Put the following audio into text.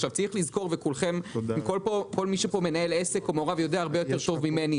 כל מי שמנהל עסק או מעורב יודע את זה הרבה יותר טוב ממני: